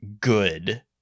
good